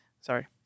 sorry